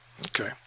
Okay